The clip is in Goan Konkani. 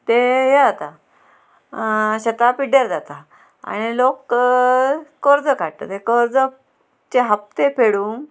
तें हें जाता आं शेतां पिड्ड्यार जाता आनी लोक कर्ज काडटा ते कर्जचे हफ्ते फेडूंक